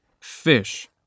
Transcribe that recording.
Fish